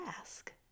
ask